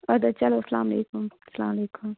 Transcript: اَدٕ حظ چلو اسلامُ علیکُم سَلام علیکُم